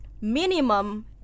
minimum